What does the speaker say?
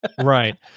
Right